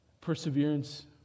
Perseverance